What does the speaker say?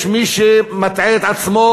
יש מי שמטעה את עצמו